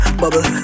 bubble